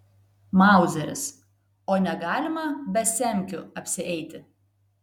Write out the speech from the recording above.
mauzeris o negalima be semkių apsieiti